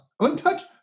Untouched